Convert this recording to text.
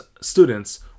students